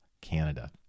Canada